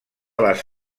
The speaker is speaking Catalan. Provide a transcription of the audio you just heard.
les